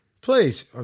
Please